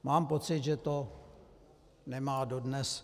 Mám pocit, že to nemá dodnes.